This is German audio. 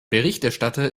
berichterstatter